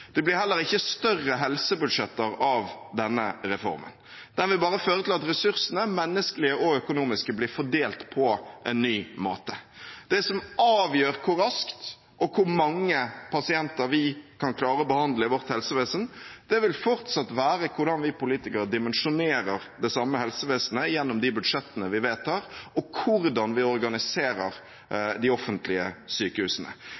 Det blir heller ikke større helsebudsjetter av denne reformen. Den vil bare føre til at ressursene, menneskelige og økonomiske, blir fordelt på en ny måte. Det som avgjør hvor raskt og hvor mange pasienter vi kan klare å behandle i vårt helsevesen, vil fortsatt være hvordan vi politikere dimensjonerer det samme helsevesenet gjennom de budsjettene vi vedtar, og hvordan vi organiserer de offentlige sykehusene.